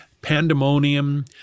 pandemonium